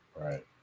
Right